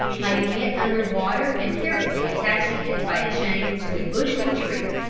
hiding it under water and carefully attaching it by a chain to a bush or tree,